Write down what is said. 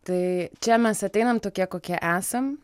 tai čia mes ateiname tokie kokie esam